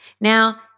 Now